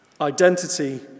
identity